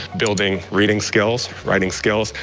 building reading skills, writing skills,